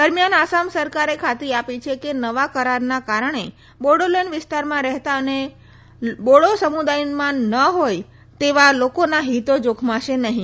દરમિયાન આસામ સરકારે ખાતરી આપી છે કે નવા કરારના કારણે બોડોલેંડ વિસ્તારમાં રહેતા અને બોડો સમુદાયના ન હોય તેવા લોકોના હિતો જોખમાશે નહી